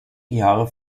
jahre